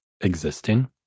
existing